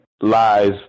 lies